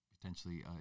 potentially